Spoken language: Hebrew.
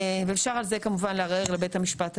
ואפשר על זה לערער לבית המשפט העליון.